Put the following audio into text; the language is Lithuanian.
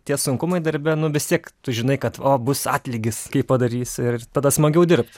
tie sunkumai darbe nu vis tiek tu žinai kad o bus atlygis kai padarysi ir tada smagiau dirbt